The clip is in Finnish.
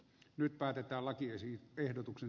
nyt päätetään lakiisi ehdotuksen